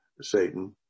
Satan